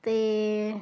ਅਤੇ